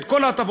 את כל ההטבות,